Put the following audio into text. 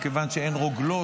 מכיוון שאין רוגלות,